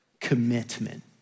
commitment